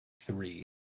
Three